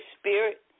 Spirit